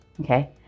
Okay